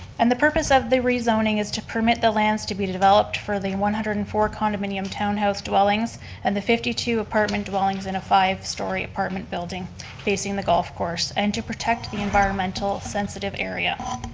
and the purpose of the rezoning is to permit the lands to be developed for the one hundred and four condominium townhouse dwellings and the fifty two apartments dwellings in a five story apartment building facing the golf course and to protect the environmental sensitive area.